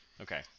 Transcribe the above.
okay